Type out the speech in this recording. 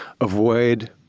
Avoid